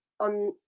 on